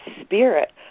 spirit